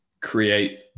create